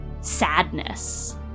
sadness